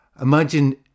imagine